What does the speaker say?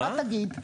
מה תגיד?